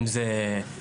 אם זה אוכל,